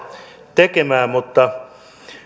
tekemään mutta